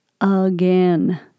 Again